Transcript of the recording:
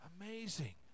amazing